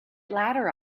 ladder